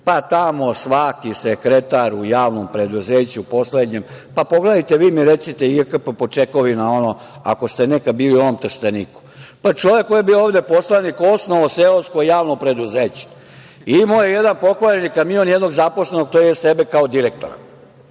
Pa tamo svaki sekretar u javnom preduzeću u poslednjem, pa pogledajte, vi mi recite, JKP po čekovima, ako ste nekad bili u onom Trsteniku. Pa čovek koji je bio ovde poslanik, osnovao seosko javno preduzeće. Imao je jedan pokvareni kamion i jednog zaposlenog, tj. sebe kao direktora